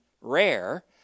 rare